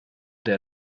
der